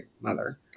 mother